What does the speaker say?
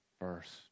first